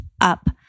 up